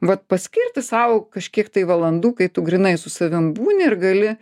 vat paskirti sau kažkiek tai valandų kai tu grynai su savim būni ir gali